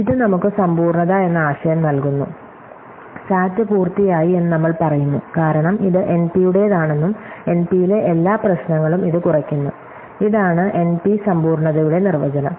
ഇത് നമുക്ക് സമ്പൂർണ്ണത എന്ന ആശയം നൽകുന്നു SAT പൂർത്തിയായി എന്ന് നമ്മൾ പറയുന്നു കാരണം ഇത് എൻപിയുടേതാണെന്നും എൻപിയിലെ എല്ലാ പ്രശ്നങ്ങളും ഇത് കുറയ്ക്കുന്നു ഇതാണ് എൻപി സമ്പൂർണ്ണതയുടെ നിർവചനം